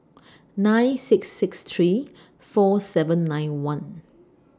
nine six six three four seven nine one